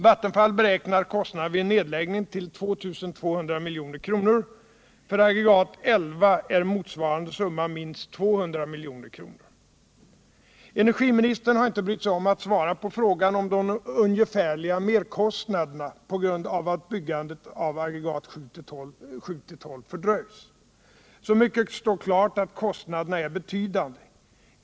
Vattenfall beräknar kostnaderna vid en nedläggning till 2 200 milj.kr. För aggregat 11 är motsvarande summa minst 200 milj.kr. Energiministern har inte brytt sig om att svara på frågan om de ungefärliga merkostnaderna på grund av att byggandet av aggregaten 7-12 fördröjs. Så mycket står klart att kostnaderna är betydande.